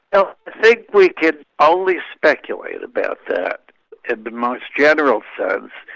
well i think we can only speculate about that in the most general sense.